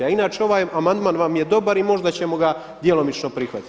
A inače ovaj amandman vam je dobar i možda ćemo ga djelomično prihvatiti.